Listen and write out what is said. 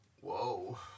Whoa